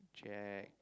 check